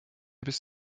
bis